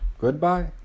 Goodbye